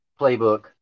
playbook